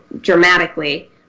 dramatically